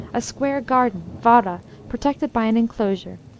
a square garden, vara, protected by an enclosure,